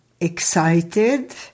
excited